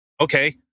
okay